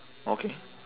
okay